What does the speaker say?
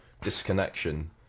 disconnection